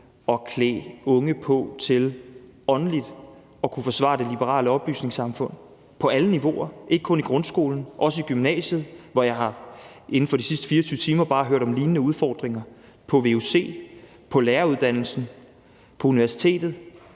at klæde unge på til åndeligt at kunne forsvare det liberale oplysningssamfund på alle niveauer, ikke kun i grundskolen, men også i gymnasiet, hvor jeg inden for bare de sidste 24 timer har hørt om lignende udfordringer, på vuc, på læreruddannelsen, på universitetet.